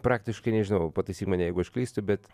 praktiškai nežinau pataisyk mane jeigu aš klystu bet